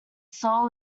soul